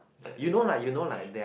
that is too much